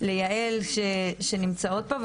ליעל שנמצאות פה,